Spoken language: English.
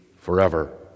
forever